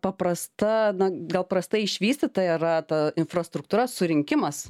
paprasta na gal prastai išvystyta yra ta infrastruktūra surinkimas